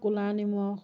ক'লা নিমখ